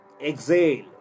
Exhale